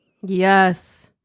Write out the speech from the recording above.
Yes